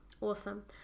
Awesome